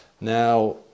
Now